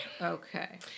Okay